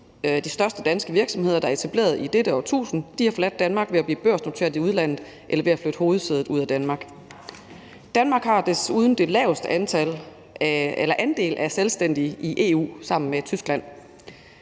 de største danske virksomheder, der er etableret i dette årtusind, har forladt Danmark ved at blive børsnoteret i udlandet eller ved at flytte hovedsædet ud af Danmark. Danmark har desuden den laveste andel af selvstændige i EU sammen med Tyskland.